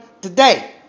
today